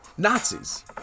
Nazis